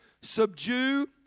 subdue